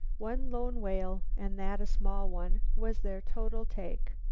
one lone whale, and that a small one, was their total take.